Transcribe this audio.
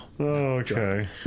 Okay